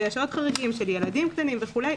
ויש עוד חריגים: ילדים קטנים וכולי.